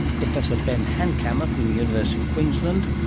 professor ben hankamer from the university of queensland,